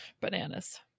Bananas